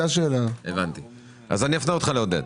אז אני אפנה אותך לעודד.